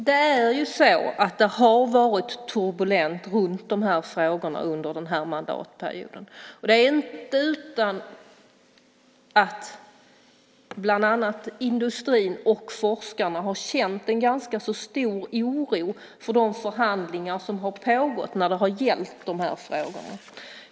Herr talman! Det har varit turbulens runt de här frågorna under mandatperioden. Det är inte utan att bland andra industrin och forskarna har känt en ganska stor oro för de förhandlingar som har pågått när det har gällt dessa frågor.